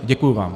Děkuji vám.